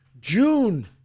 June